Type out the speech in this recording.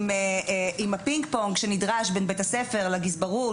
עם הפינג פונג שנדרש בית הספר לגזברות,